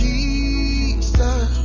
Jesus